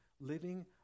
living